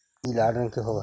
ई लाल रंग के होब हई